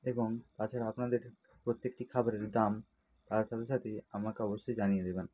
এবং তাছাড়া আপনাদের প্রত্যেকটি খাবারের দাম তার সাথে সাথেই আমাকে অবশ্যই জানিয়ে দেবেন